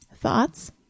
Thoughts